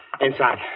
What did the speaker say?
Inside